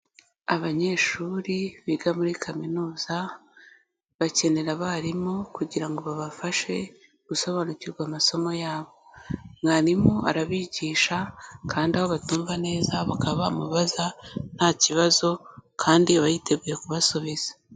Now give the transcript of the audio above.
Abanyeshuri biga muri kaminuza bakenera abarimu kugira ngo babafashe gusobanukirwa amasomo yabo. Mwarimu arabigisha kandi aho batumva neza bakaba bamubaza nta kibazo kandi aba yiteguye kubasubiza.